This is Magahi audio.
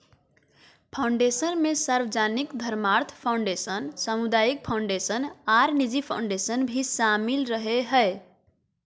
फ़ाउंडेशन मे सार्वजनिक धर्मार्थ फ़ाउंडेशन, सामुदायिक फ़ाउंडेशन आर निजी फ़ाउंडेशन भी शामिल रहो हय,